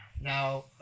Now